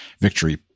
victory